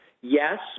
Yes